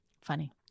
funny